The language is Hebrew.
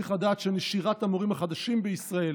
צריך לדעת שנשירת המורים החדשים בישראל